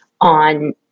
on